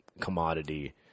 commodity